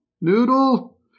Noodle